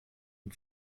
ihn